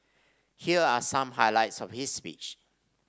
here are some highlights of his speech